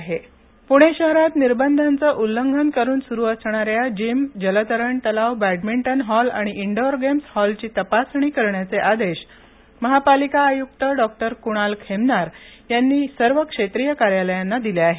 तपासणी प्णे शहरात निर्बधांचे उल्लंघन करून स्रू असणाऱ्या जीम जलतरण तलाव बष्ठमिंटन हॉल आणि इनडोअर गेम्स हॉलची तपासणी करण्याचे आदेश महापालिका अतिरिक्त आय्क्त डॉक्टर क्णाल खेमनार यांनी सर्व क्षेत्रीय कार्यालयांना दिले आहेत